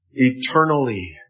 eternally